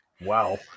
Wow